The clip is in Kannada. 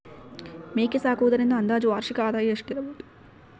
ಮೇಕೆ ಸಾಕುವುದರಿಂದ ಅಂದಾಜು ವಾರ್ಷಿಕ ಆದಾಯ ಎಷ್ಟಿರಬಹುದು?